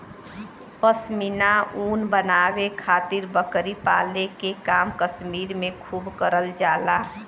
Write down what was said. पश्मीना ऊन बनावे खातिर बकरी पाले के काम कश्मीर में खूब करल जाला